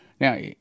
Now